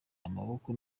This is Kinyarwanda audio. amaboko